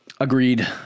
agreed